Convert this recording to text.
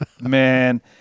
Man